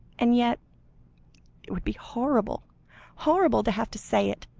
and yet it would be horrible horrible to have to say it.